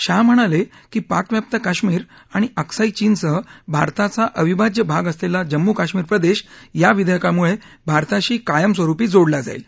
शाह म्हणाले की पाकव्याप्त कश्मिर आणि अक्साई चीनसह भारताचा अविभाज्य भाग असलेला जम्मू काश्मिर प्रदेश या विधेयकामुळे भारताशी कायमस्वरुपी जोडला जाईल